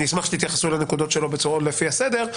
יתייחסו לנקודות שהעלה היועץ המשפטי לפי הסדר.